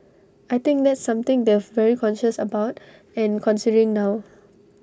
I think that's something they've very conscious about and considering now